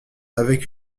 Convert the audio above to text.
avec